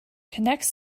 connects